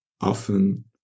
often